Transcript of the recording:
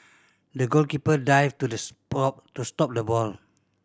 the goalkeeper dived to the stop to stop the ball